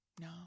No